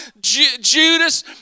Judas